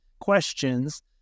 questions